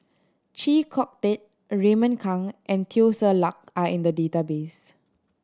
Chee Kong Tet Raymond Kang and Teo Ser Luck are in the database